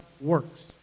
works